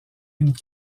une